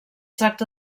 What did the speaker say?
tracta